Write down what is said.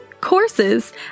courses